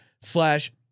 slash